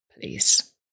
please